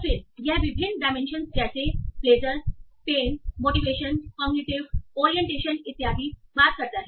फिर यह विभिन्न डाइमेंशंस जैसे pleasure pain motivation cognitive orientation इत्यादि बात करता है